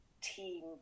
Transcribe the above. team